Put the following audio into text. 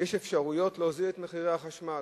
יש אפשרויות להוריד את מחירי החשמל,